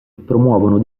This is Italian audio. promuovono